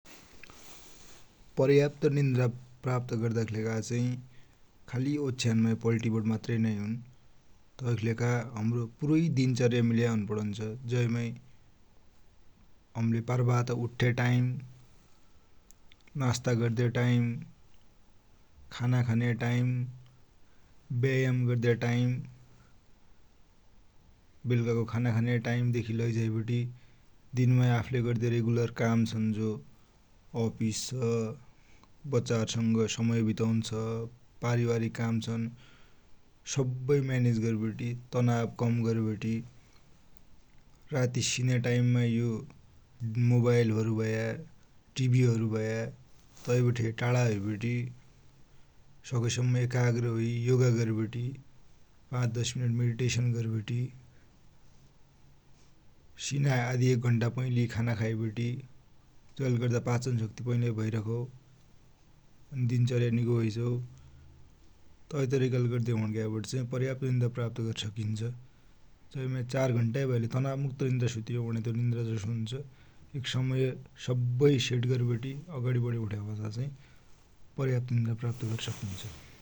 पर्याप्त निद्रा प्राप्त गद्दकीलेखा चाहि खाली ओच्छ्नमा पल्टिबटि मात्र नाइ हुन् । तैकी लेखा हमरो पुरै दिनचर्या मिल्या हुन पडुन्छ । जैमा हमले पर्भात उट्ठ्या टाइम, नास्ता गद्या टाइम, खाना खन्या टाइम, व्यायाम गद्या टाइम, वेलुकाको खाना खन्या टाइम देखि लैझाइवटी, दिनमा आफले गद्या रेगुलर काम छन्, जो अफिस छ, बच्चाहरुसित समय वितुन छ, पारिवारिक काम छन्, सब्बै म्यानेज गरिवटि, तनाव कम गरिवटी, राति सिन्या टाइममा यो मोवाइलहरु भया, टिभिहरु भया, तैबठे टाढा होइवटी, सक्यासम्म एकाग्र होइवटी, योगा गरिबटि, पाँच दश मिनेट मेडिटेसन गरिवटि, सिनाहै आधि एक घण्टा पैली खाना खाइवटी, जैले गद्दा पाचन शक्ति बलियो भैराखौ, दिनचर्या निको होइझौ तै तरिकाले गद्यौ भुणिग्याचाही पर्याप्त निद्रा प्राप्त गरिसकिन्छ । जैमा चार घण्टालै तनावमुक्त निद्रा सुतिग्यालै तो निद्राजसो हुन्छ, एक समय सबै सेडुल गरिवटी अगाडी बढ्यो भुण्यापाछा पर्याप्त निद्रा प्राप्त गरिसकिन्छ।